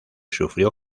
sufrió